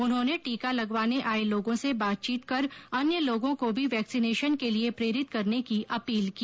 उन्होंने टीका लगवाने आये लोगों से बातचीत कर अन्य लोगों को भी वैक्सीनेशन के लिए प्रेरित करने की अपील की